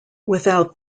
without